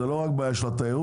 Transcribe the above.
זאת לא רק בעיה של התיירות,